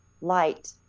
light